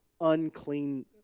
unclean